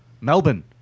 Melbourne